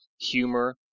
humor